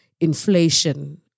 inflation